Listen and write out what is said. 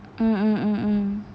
mm mm mm mm